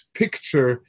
picture